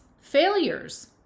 failures